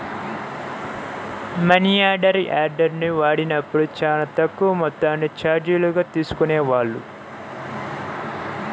మనియార్డర్ని వాడినప్పుడు చానా తక్కువ మొత్తాన్ని చార్జీలుగా తీసుకునేవాళ్ళు